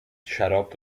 شراب